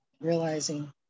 realizing